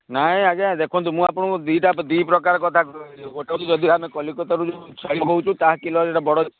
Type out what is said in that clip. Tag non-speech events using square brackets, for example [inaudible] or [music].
ନାଇଁ ଆଜ୍ଞା ଦେଖନ୍ତୁ ମୁଁ ଆପଣଙ୍କୁ ଦୁଇଟା ଦୁଇ ପ୍ରକାର କଥା [unintelligible] ଗୋଟେ ହେଉଛି ଯଦି ଆମେ କଲିକତାରୁ ଯେଉଁ ଛେଳି [unintelligible] ତାହା କିଲୋ [unintelligible] ବଡ଼